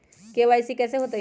KYC कैसे होतई?